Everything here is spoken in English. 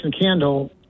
Candle